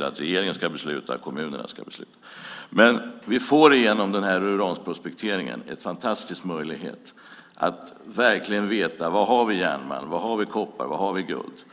vad regeringen respektive kommunerna ska besluta. Vi får genom uranprospekteringen en fantastisk möjlighet att få veta var vi har järnmalm, koppar och guld.